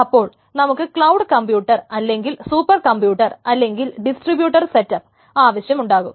അപ്പോൾ നമുക്ക് cloud computer അല്ലെങ്കിൽ സൂപ്പർകമ്പ്യൂട്ടർ അല്ലെങ്കിൽ ഡിസ്ട്രിബ്യൂട്ടർ സെറ്റപ്പ് ആവശ്യം ഉണ്ടാകും